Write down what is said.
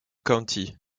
county